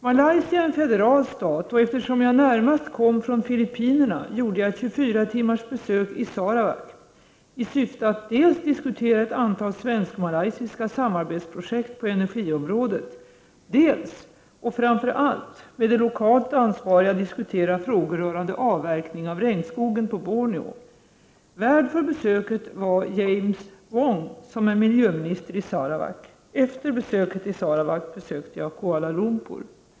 Malaysia är en federal stat och eftersom jag närmast kom från Filippinerna gjorde jag ett 24 timmars besök i Sarawak i syfte att dels diskutera ett antal svensk-malaysiska samarbetsprojekt på energiområdet, dels — och framför allt — med de lokalt ansvariga diskutera frågor rörande avverkning av regnskogen på Borneo. Värd för besöket var James Wong, som är miljöminister i Sarawak. Efter besöket i Sarawak besökte jag Kuala Lumpur.